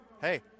hey